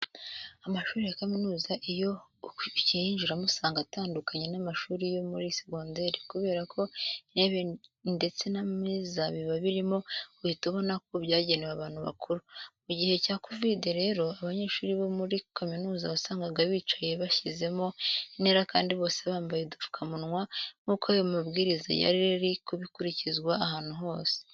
Amashuri ya kaminuza iyo ukiyinjiramo usanga atandukanye n'amashuri yo muri segonderi kubera ko intebe ndetse n'ameza biba birimo uhita ubona ko byagenewe abantu bakuru. Mu gihe cya kovide rero abanyeshuri bo muri kaminuza wasangaga bicaye bashyizemo intera kandi bose bambaye udupfukamunwa nk'uko ayo mabwiriza yari ari gukurikizwa ahantu hose.